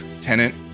tenant